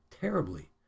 terribly